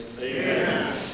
Amen